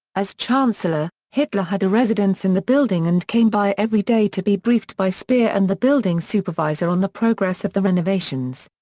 as chancellor, hitler had a residence in the building and came by every day to be briefed by speer and the building supervisor on the progress of the renovations.